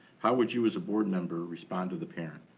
how would you as a board member respond to the parent?